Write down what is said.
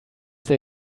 they